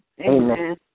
Amen